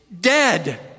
dead